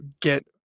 get